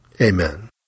amen